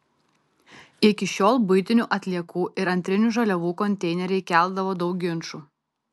iki šiol buitinių atliekų ir antrinių žaliavų konteineriai keldavo daug ginčų